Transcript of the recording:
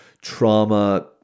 trauma